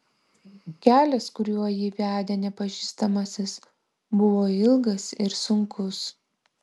kelias kuriuo jį vedė nepažįstamasis buvo ilgas ir sunkus